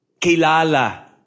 kilala